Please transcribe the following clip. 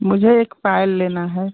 मुझे एक पायल लेना है